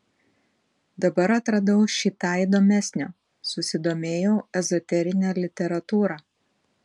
dabar atradau šį tą įdomesnio susidomėjau ezoterine literatūra